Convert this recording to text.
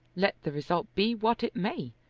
let the result be what it may,